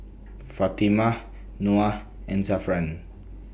Fatimah Noah and Zafran